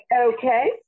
okay